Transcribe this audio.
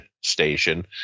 Station